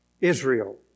Israel